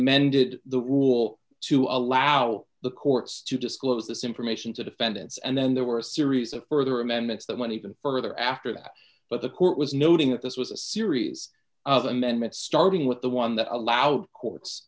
amended the rule to allow the courts to disclose this information to defendants and then there were a series of further amendments that went even further after that but the court was noting that this was a series of amendments starting with the one that allowed courts